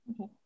Okay